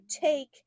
take